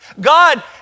God